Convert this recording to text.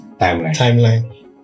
timeline